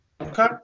Okay